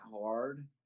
hard